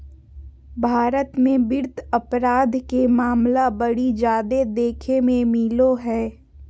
भारत मे वित्त अपराध के मामला बड़ी जादे देखे ले मिलो हय